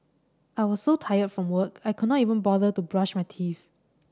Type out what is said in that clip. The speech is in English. I was so tired from work I could not even bother to brush my teeth